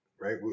Right